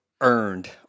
earned